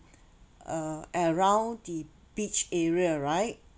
uh around the beach area right